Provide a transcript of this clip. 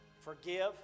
forgive